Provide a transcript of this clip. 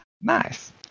nice